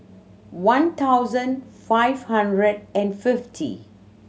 one thousand five hundred and fifty